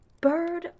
bird